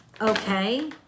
okay